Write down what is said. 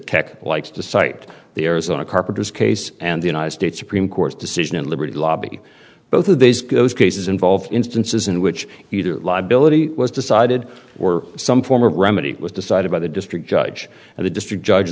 that likes to cite the arizona carpenters case and the united states supreme court's decision in liberty lobby both of these goes cases involve instances in which either liability was decided or some form of remedy was decided by the district judge and the district judge